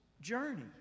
journey